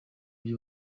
huye